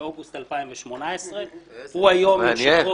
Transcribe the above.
באוגוסט 2018. מעניין.